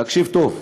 תקשיב טוב,